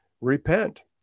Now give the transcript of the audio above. repent